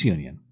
Union